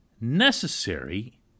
necessary